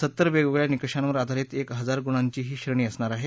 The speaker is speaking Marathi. सत्तर वेगवेगळ्या निषकांवर आधारित एक हजार गुणांची ही श्रेणी असणार आहे